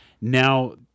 Now